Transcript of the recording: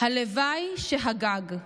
"הלוואי שהגג":